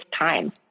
time